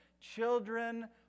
children